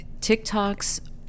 TikToks